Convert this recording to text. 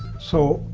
so,